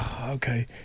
okay